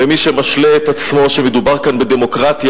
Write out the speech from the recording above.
ומי שמשלה את עצמו שמדובר פה בדמוקרטיה,